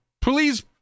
Please